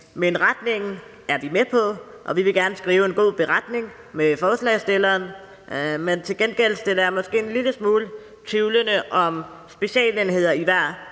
men retningen er vi med på, og vi vil gerne skrive en god beretning sammen med forslagsstillerne. Til gengæld stiller jeg mig måske en lille smule tvivlende over for om specialenheder i hver